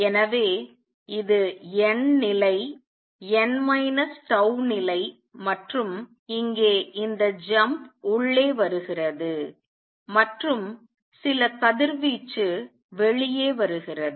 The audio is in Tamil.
எனவே இது n நிலை n மைனஸ் tau நிலை மற்றும் இங்கே இந்த ஜம்ப் உள்ளே வருகிறது மற்றும் சில கதிர்வீச்சு வெளியே வருகிறது